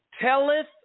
telleth